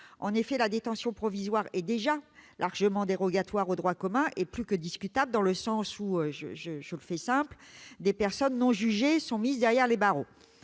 En effet, la détention provisoire est déjà largement dérogatoire au droit commun et plus que discutable, dans la mesure où, pour faire simple, des personnes non jugées sont mises derrière les barreaux.